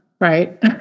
Right